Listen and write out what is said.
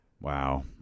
Wow